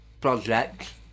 project